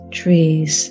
trees